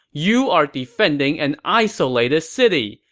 you are defending an isolated city.